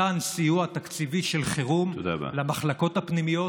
מתן סיוע תקציבי של חירום למחלקות הפנימיות